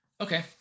Okay